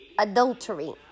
Adultery